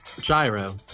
Gyro